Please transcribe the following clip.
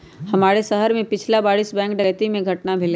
हमरे शहर में पछिला बरिस बैंक डकैती कें घटना भेलइ